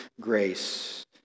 grace